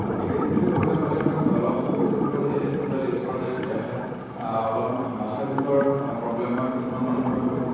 negative বুলি ক'বলৈ গ'লে ধৰক অলপ বেছি সময় যদি হেডফোনডাল ইউজ কৰা যায় তেতিয়াহ'লে অলপ মাথা বিষৰ প্ৰব্লেম হয় কিছুমান মানুহৰ ধৰক